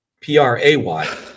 P-R-A-Y